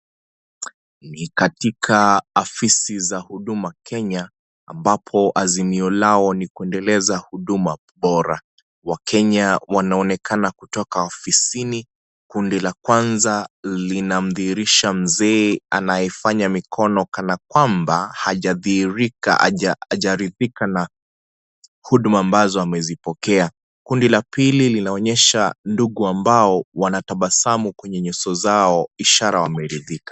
Ni katika afisi za huduma Kenya ambapo azimio lao ni kuendeleza Huduma bora. Wakenya wanaonekana kutoka afisini, kundi la kwanza linamdhihirisha mzee anayeonekana kwamba hajaridhika na huduma ambazo amezipokea. Kundi la pili linaonyesha ndugu ambao wanatabasamu kwenye nyuso zao, ishara wameridhika